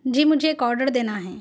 جی مجھے ایک آڈر دینا ہیں